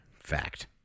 Fact